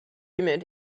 humid